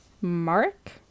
Mark